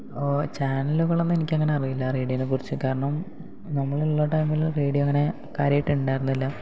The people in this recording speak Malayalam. ഓ ചാനലുകളൊന്നും എനിക്കങ്ങനെ അറിയില്ല റേഡിയോയിലെ കുറിച്ച് കാരണം നമ്മളുള്ള ടൈമിൽ റേഡിയോ അങ്ങനെ കാര്യമായിട്ടുണ്ടായിരുന്നില്ല